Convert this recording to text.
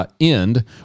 End